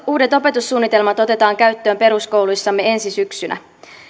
uudet opetussuunnitelmat otetaan käyttöön peruskouluissamme ensi syksynä